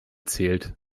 zählt